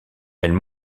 elle